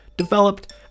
Developed